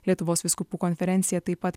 lietuvos vyskupų konferencija taip pat